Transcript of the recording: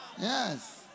Yes